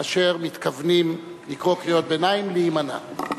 אשר מתכוונים לקרוא קריאות ביניים, להימנע.